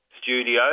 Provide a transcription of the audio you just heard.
studio